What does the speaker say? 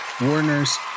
Warner's